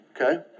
Okay